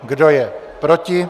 Kdo je proti?